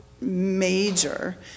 major